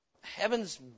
Heaven's